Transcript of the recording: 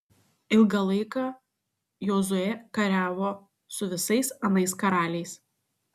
ilgą laiką jozuė kariavo su visais anais karaliais